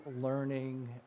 learning